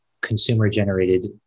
consumer-generated